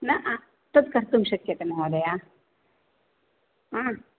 न तद् कर्तुं शक्यते महोदया